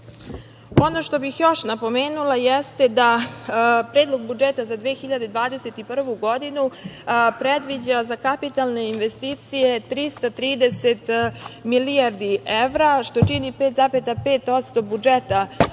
što bih još napomenula jeste da predlog budžeta za 2021. godinu predviđa za kapitalne investicije 330 milijardi evra, što čini 5,5% budžeta